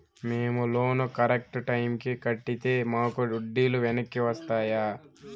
మేము loan correct టైముకి కట్టితే మాకు వడ్డీ లు వెనక్కి వస్తాయా?